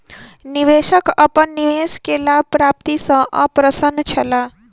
निवेशक अपन निवेश के लाभ प्राप्ति सॅ अप्रसन्न छला